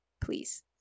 please